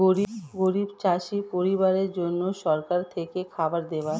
গরিব চাষি পরিবারের জন্য সরকার থেকে খাবার দেওয়া